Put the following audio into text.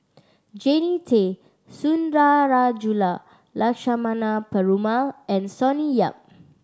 Jannie Tay Sundarajulu Lakshmana Perumal and Sonny Yap